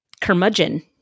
curmudgeon